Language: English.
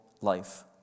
life